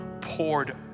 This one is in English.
poured